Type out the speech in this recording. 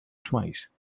twice